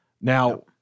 Now